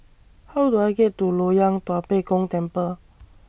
How Do I get to Loyang Tua Pek Kong Temple